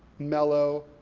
mellow,